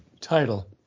title